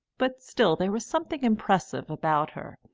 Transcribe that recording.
but still there was something impressive about her,